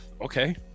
Okay